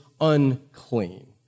unclean